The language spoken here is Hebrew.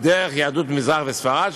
דרך מיהדות מזרח וספרד,